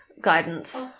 guidance